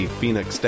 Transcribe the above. Phoenix